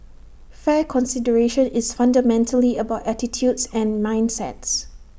fair consideration is fundamentally about attitudes and mindsets